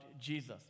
Jesus